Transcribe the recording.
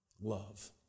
love